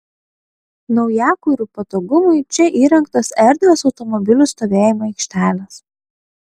naujakurių patogumui čia įrengtos erdvios automobilių stovėjimo aikštelės